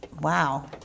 wow